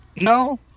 No